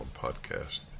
podcast